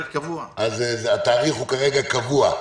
התאריך הוא כרגע קבוע.